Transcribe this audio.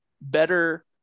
better